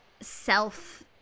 self